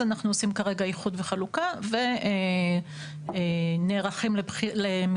אז אנחנו עושים כרגע איחוד וחלוקה ונערכים למכרז